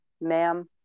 ma'am